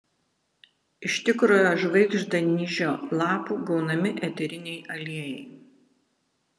iš tikrojo žvaigždanyžio lapų gaunami eteriniai aliejai